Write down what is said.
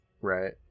Right